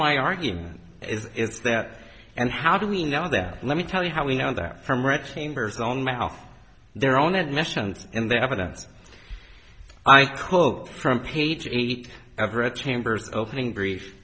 my argument is it's that and how do we know that let me tell you how we know that from right chambers own mouth their own admissions and the evidence i quote from page eight everett chambers opening brief